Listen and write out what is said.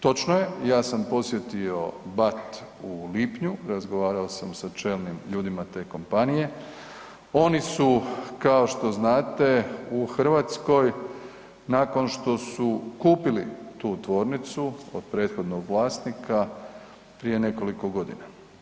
Točno je, ja sam posjetio BAT u lipnju, razgovarao sam sa čelnim ljudima te kompanije, oni su kao što znate u Hrvatskoj nakon što su kupili tu tvornicu od prethodnog vlasnika prije nekoliko godina.